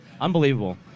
Unbelievable